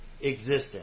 existence